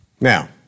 Now